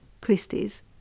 Christie's